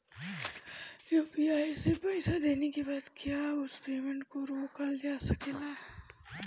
UPI से पईसा देने के बाद क्या उस पेमेंट को रोकल जा सकेला?